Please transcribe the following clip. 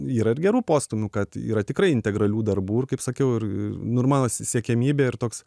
yra ir gerų postūmių kad yra tikrai integralių darbų ir kaip sakiau ir nu ir mano siekiamybė ir toks